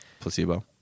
placebo